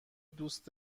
دوست